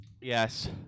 Yes